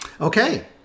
Okay